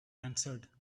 answered